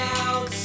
out